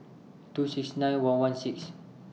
two six nine one one six